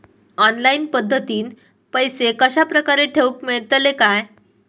Online पद्धतीन पैसे कश्या प्रकारे ठेऊक मेळतले काय?